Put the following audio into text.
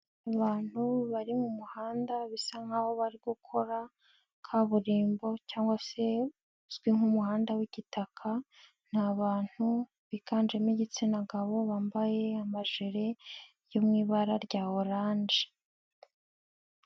Abantu bari mu muhanda bisa nkaho bari gukora, kaburimbo cyangwa se, uzwi nk'umuhanda w'igitaka. Ni bantu, biganjemo igitsina gabo bambaye amajire, yo mu ibara rya orange.